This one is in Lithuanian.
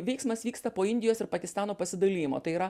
veiksmas vyksta po indijos ir pakistano pasidalijimo tai yra